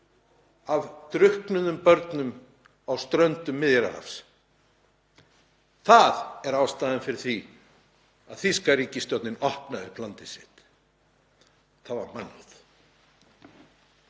af drukknuðum börnum á ströndum Miðjarðarhafs. Það er ástæðan fyrir því að þýska ríkisstjórnin opnaði landið sitt, það var mannúð.